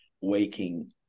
waking